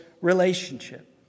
relationship